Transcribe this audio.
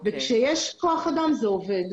כשיש כוח אדם זה עובד.